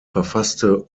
verfasste